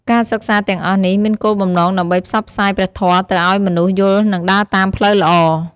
ការសិក្សាទាំងអស់នេះ មានគោលបំណងដើម្បីផ្សព្វផ្សាយព្រះធម៌ទៅឱ្យមនុស្សយល់និងដើរតាមផ្លូវល្អ។